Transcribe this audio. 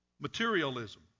Materialism